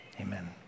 Amen